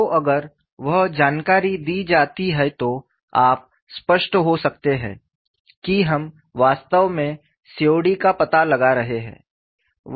तो अगर वह जानकारी दी जाती है तो आप स्पष्ट हो सकते हैं कि हम वास्तव में सीओडी का पता लगा रहे हैं